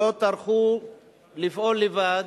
לא טרחו לפעול לבד